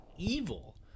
evil